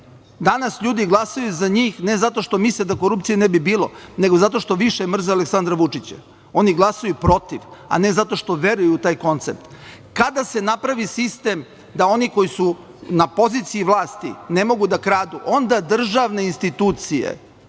Danas ljudi glasaju za njih ne zato što misle da korupcije ne bi bilo, nego zato što više mrze Aleksandra Vučića. Oni glasaju protiv, a ne zato što veruju u taj koncept. Kada se napravi sistem da oni koji su na poziciji vlasti ne mogu da kradu, onda državne institucije